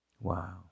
Wow